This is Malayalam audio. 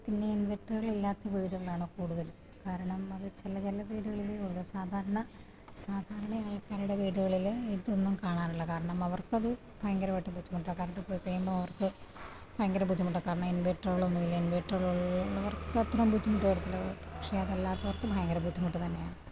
പിന്നെ ഇൻവേർട്ടറുകളില്ലാത്ത വീടുകളാണ് കൂടുതലും കാരണം അത് ചില ചില വീടുകളിലെ ഉള്ളു സാധാരണ സാധാരണ ആൾക്കാരുടെ വീടുകളില് ഇതൊന്നും കാണാറില്ല കാരണം അവർക്കത് ഭയങ്കരമായിട്ട് ബുദ്ധിമുട്ടാ കറണ്ട് പോയിക്കഴിയുമ്പോള് അവർക്ക് ഭയങ്കര ബുദ്ധിമുട്ടാ കാരണം ഇൻവേർട്ടറൊന്നുമില്ല ഇൻവേർട്ടറുള്ളവർക്കത്ര ബുദ്ധിമുട്ട് വരത്തില്ല പക്ഷെ അതല്ലാത്തവർക്ക് ഭയങ്കര ബുദ്ധിമുട്ട് തന്നെയാണ്